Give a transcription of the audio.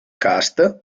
cast